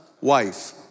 wife